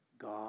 God